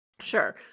Sure